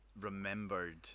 remembered